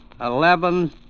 Eleven